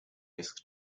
disk